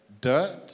dirt